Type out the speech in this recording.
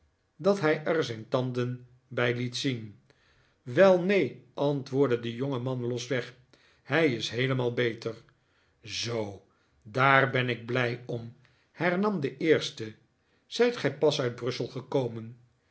dat hij er zijn tanden bij liet zien wel neen antwoordde de jongeman losweg hij is heelemaal beter zoo daar ben ik blij om hernam de eerste zijt gij pas uit brussel gekomen